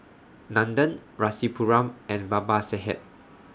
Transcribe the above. Nandan Rasipuram and Babasaheb